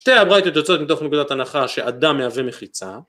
שתי הבריתות יוצאות מתוך נקודת הנחה שאדם מהווה מחיצה